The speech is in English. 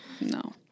No